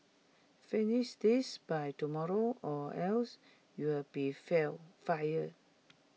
finish this by tomorrow or else you'll be feel fired